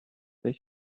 that